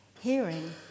hearing